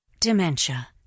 dementia